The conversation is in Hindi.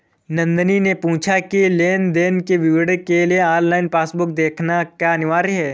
नंदनी ने पूछा की लेन देन के विवरण के लिए ऑनलाइन पासबुक देखना क्या अनिवार्य है?